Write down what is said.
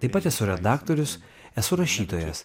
taip pat esu redaktorius esu rašytojas